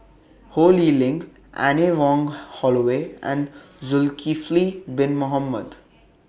Ho Lee Ling Anne Wong Holloway and Zulkifli Bin Mohamed